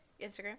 Instagram